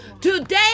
Today